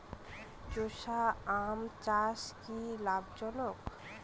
চোষা আম চাষ কি লাভজনক?